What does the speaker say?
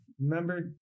Remember